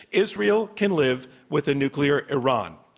israel can live with a nuclear iran.